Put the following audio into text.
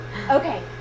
Okay